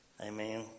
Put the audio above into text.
amen